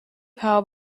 power